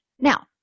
Now